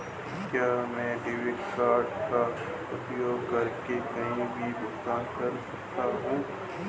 क्या मैं debit card का उपयोग करके कहीं भी भुगतान कर सकता हूं?